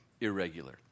irregular